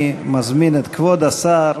אני מזמין את כבוד השר